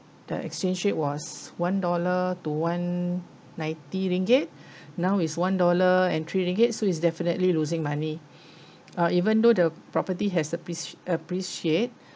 the exchange rate was one dollar to one ninety ringgit now is one dollar and three ringgit so it's definitely losing money uh even though the property has appreci~ appreciate